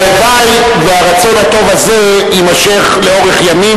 והלוואי שהרצון הטוב הזה יימשך לאורך ימים